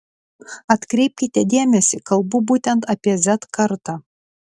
atkreipkite dėmesį kalbu būtent apie z kartą